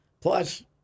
Plus